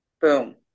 boom